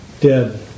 dead